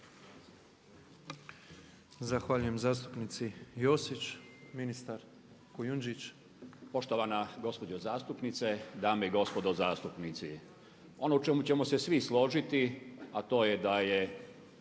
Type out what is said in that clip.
Zahvaljujem zastupnici Josić. Ministar Kujundžić. **Kujundžić, Milan (HDZ)** Poštovana gospođo zastupnice, dame i gospodo zastupnici ono u čemu ćemo se svi složiti a to je da je